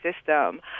system